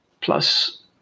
Plus